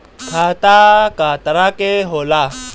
खाता क तरह के होला?